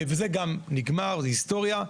וזה גם נגמר, זו היסטוריה.